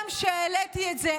העלית את זה,